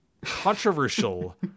controversial